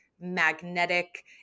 magnetic